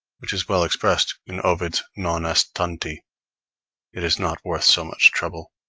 which is well expressed in ovid's non est tanti it is not worth so much trouble